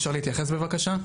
אפשר להתייחס בבקשה?